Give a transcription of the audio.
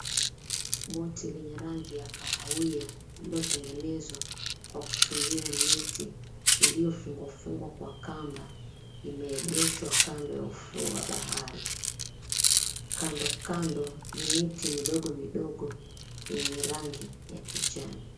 Boti lenye rangi ya kahawia lililotengenezwa kwa kutumia miti iliyofungwafungwa kwa kamba limeegeshwa kando ya ufuo wa bahari. Kandokando ni miti midogo midogo yenye rangi ya kijani.